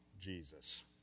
Jesus